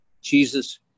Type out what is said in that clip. Jesus